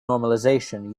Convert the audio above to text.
normalization